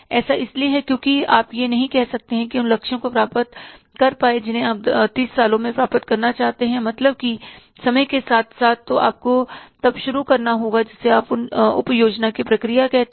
ऐसा इसलिए है क्योंकि आप यह नहीं कह सकते हैं कि उन लक्ष्यों को प्राप्त कर पाए जिन्हें आप 30 साल में प्राप्त करना चाहते हैं मतलब कि समय के साथ साथ तो आपको तब शुरू करना होगा जिसे आप उप योजना की प्रक्रिया कहते हैं